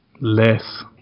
Less